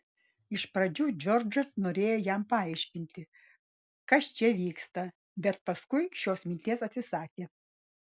iš pradžių džordžas norėjo jam paaiškinti kas čia vyksta bet paskui šios minties atsisakė